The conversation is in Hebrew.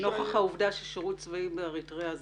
נוכח העובדה ששירות צבאי באריתריאה,